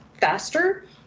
faster